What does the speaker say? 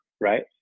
Right